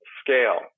scale